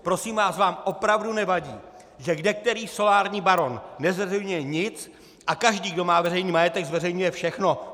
Prosím vás, vám opravdu nevadí, že kdekterý solární baron nezveřejňuje nic a každý, kdo má veřejný majetek, zveřejňuje všechno?